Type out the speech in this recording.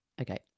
okay